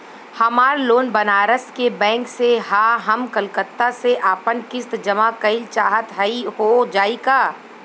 हमार लोन बनारस के बैंक से ह हम कलकत्ता से आपन किस्त जमा कइल चाहत हई हो जाई का?